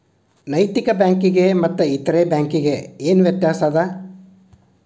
ನೈತಿಕ ಬ್ಯಾಂಕಿಗೆ ಮತ್ತ ಬ್ಯಾರೆ ಇತರೆ ಬ್ಯಾಂಕಿಗೆ ಏನ್ ವ್ಯತ್ಯಾಸದ?